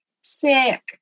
Sick